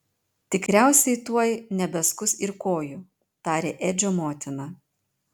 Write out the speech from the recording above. tikriausiai tuoj nebeskus ir kojų tarė edžio motina